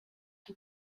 too